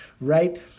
right